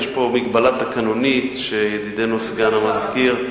יש פה מגבלה תקנונית, שידידנו סגן המזכיר,